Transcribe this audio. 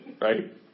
Right